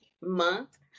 month